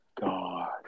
God